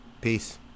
Peace